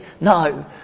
No